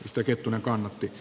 asta kettunen kannatti